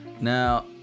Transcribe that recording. now